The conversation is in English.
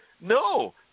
No